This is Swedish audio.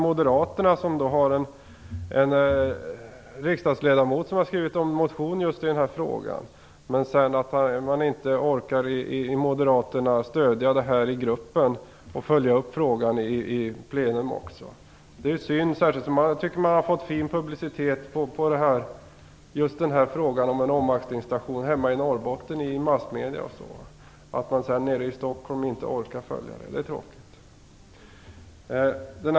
Moderaterna har en riksdagsledamot som har skrivit en motion i just den här frågan, men att man sedan inte orkar stödja frågan i gruppen och följa upp frågan i plenum. Det är synd, särskilt som jag tycker att man har fått fin publicitet i massmedierna om en omaxlingsstation hemma i Norrbotten. Det är tråkigt att man inte orkar följa upp det i Stockholm.